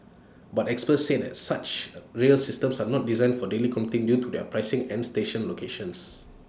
but experts said such rail systems are not designed for daily commuting due to their pricing and station locations